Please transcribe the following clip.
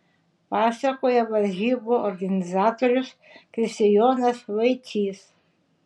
pasakoja varžybų organizatorius kristijonas vaičys